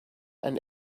and